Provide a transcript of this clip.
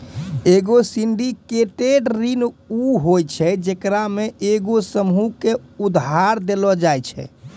एगो सिंडिकेटेड ऋण उ होय छै जेकरा मे एगो समूहो के उधार देलो जाय छै